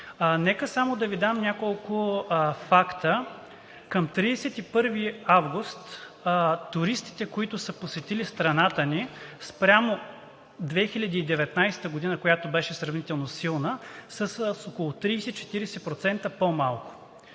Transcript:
Нека само да Ви дам няколко факта: към 31 август туристите, които са посетили страната ни, спрямо 2019 г., която беше сравнително силна, са с около 30-40% по малко.